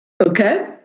Okay